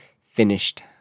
finished